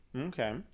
okay